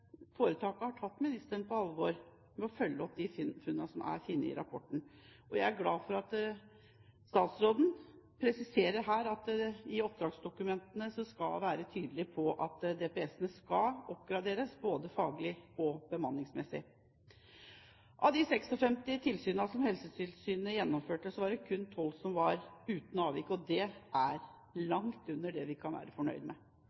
har tatt ministeren på alvor ved å følge opp funnene i rapporten. Jeg er glad for at statsråden presiserer, både her og i oppdragsdokumentene, og har vært tydelig på at DPS-ene skal oppgraderes både faglig og bemanningsmessig. Av de 56 tilsynene som Helsetilsynet gjennomførte, var det kun 12 som var uten avvik, og det er langt under det vi kan være fornøyd med.